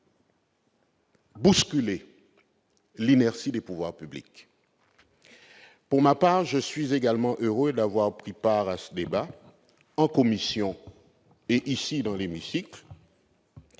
bousculer ainsi l'inertie des pouvoirs publics. Pour ma part, je suis également heureux d'avoir pris part à ce débat en commission et dans l'hémicycle,